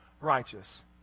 righteous